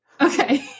okay